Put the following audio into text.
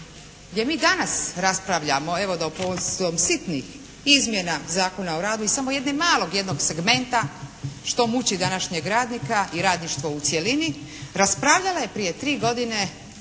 gdje mi danas raspravljamo o ovih sitnih izmjena Zakona o radu i samo jednog malog segmenta što muči današnjeg radnika i radništvo u cjelini raspravljala je prije 3 godine